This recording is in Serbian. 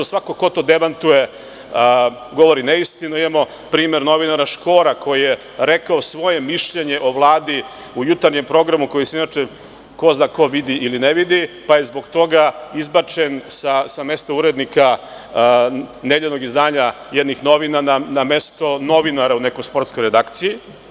Svako ko to demantuje govori neistinu, imamo primer novinara Škora koji je rekao svoje mišljenje o Vladi u jutarnjem programu, koji ko zna ko vidi ili ne vidi, pa je zbog toga izbačen sa mesta urednika nedeljnog izdanja jednih novina na mesto novinara u nekoj sportskoj redakciji.